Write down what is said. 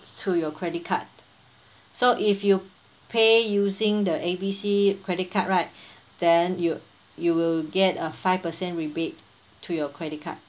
to your credit card so if you pay using the A B C credit card right then you you will get a five per cent rebate to your credit card